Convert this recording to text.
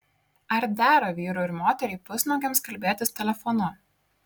ar dera vyrui ir moteriai pusnuogiams kalbėtis telefonu